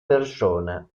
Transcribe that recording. persona